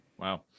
Wow